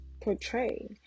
portray